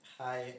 hi